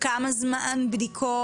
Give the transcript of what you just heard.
כמה זמן בדיקות?